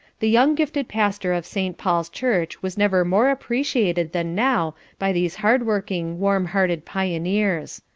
the young gifted pastor of st. paul's church was never more appreciated than now by these hardworking, warm-hearted pioneers.